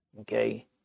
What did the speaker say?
Okay